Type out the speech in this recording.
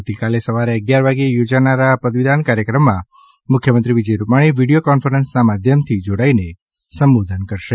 આવતીકાલે સવારે અગિયાર વાગે યોજાનારા આ પદવીદાન કાર્યક્રમમાં મુખ્યમંત્રી વિજય રૂપાણી વીડિયો કોન્ફરન્સના માધ્યમથી જોડાઈને સંબોધન કરશે